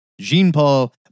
Jean-Paul